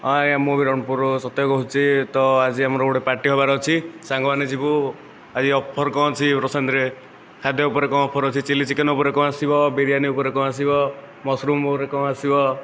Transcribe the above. ହଁ ଆଜ୍ଞା ମୁଁ ରଣପୁରରୁ ସତ୍ୟ କହୁଛି ତ ଆଜି ଆମର ଗୋଟିଏ ପାର୍ଟି ହେବାର ଅଛି ସାଙ୍ଗମାନେ ଯିବୁ ଆଜି ଅଫର କ'ଣ ଅଛି ପସନ୍ଦରେ ଖାଦ୍ୟ ଉପରେ କ'ଣ ଅଫର ଅଛି ଚିଲ୍ଲି ଚିକେନ ଉପରେ କ'ଣ ଆସିବ ବିରିୟାନି ଉପରେ କ'ଣ ଆସିବ ମସରୁମ୍ ଉପରେ କ'ଣ ଆସିବ